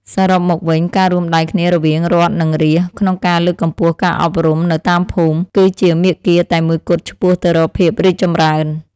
សរុបមកវិញ ការរួមដៃគ្នារវាងរដ្ឋនិងរាស្ត្រក្នុងការលើកកម្ពស់ការអប់រំនៅតាមភូមិ គឺជាមាគ៌ាតែមួយគត់ឆ្ពោះទៅរកភាពរីកចម្រើន។